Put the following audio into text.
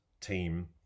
team